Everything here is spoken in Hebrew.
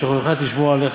בשוכבך תשמור עליך,